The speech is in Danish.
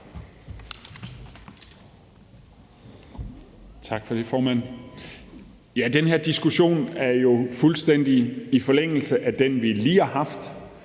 Tak for det, formand. Den her diskussion er jo fuldstændig i forlængelse af den, vi lige har haft,